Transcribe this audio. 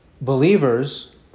believers